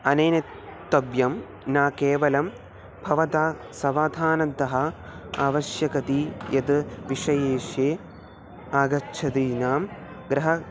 अनेन कर्तव्यं न केवलं भवता समादानं तः आवश्यकता यत् विषये आगच्छं गृह